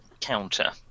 counter